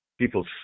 people